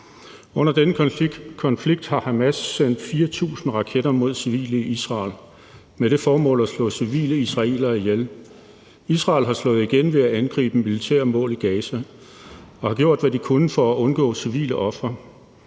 Under denne konflikt har Hamas sendt 4.000 raketter mod civile i Israel med det formål at slå civile israelere ihjel. Israel har slået igen ved at angribe militære mål i Gaza og har gjort, hvad de kunne, for at undgå civile ofre.